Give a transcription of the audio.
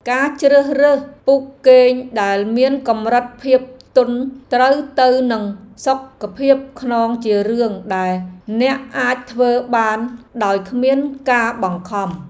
ការជ្រើសរើសពូកគេងដែលមានកម្រិតភាពទន់ត្រូវទៅនឹងសុខភាពខ្នងជារឿងដែលអ្នកអាចធ្វើបានដោយគ្មានការបង្ខំ។